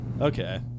Okay